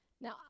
Now